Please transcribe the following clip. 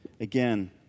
Again